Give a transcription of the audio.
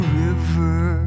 river